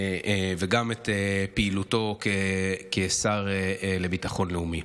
וגם את פעילותו כשר לביטחון לאומי.